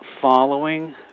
following